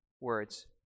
words